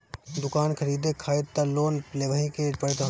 दुकान खरीदे खारित तअ लोन लेवही के पड़त हवे